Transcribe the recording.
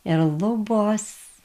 ir lubos